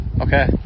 Okay